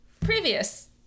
Previous